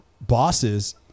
bosses